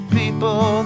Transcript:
people